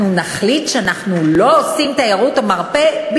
אנחנו נחליט שאנחנו לא עושים תיירות מרפא?